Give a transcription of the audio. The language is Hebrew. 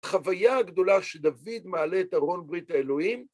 החוויה הגדולה שדוד מעלה את ארון ברית האלוהים.